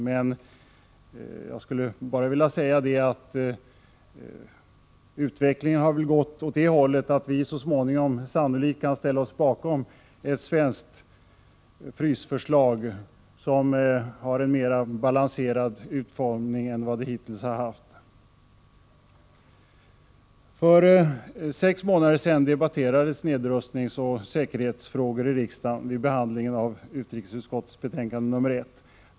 Låt mig bara säga att utvecklingen har gått åt det hållet, att vi för vår del sannolikt så småningom kan ställa oss bakom ett svenskt frysförslag som har en mera balanserad utformning än sådana förslag hittills har haft. För sex månader sedan debatterades nedrustningsoch säkerhetsfrågor av riksdagen när vi behandlade utrikesutskottets betänkande nr 1.